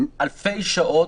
אלפי שעות,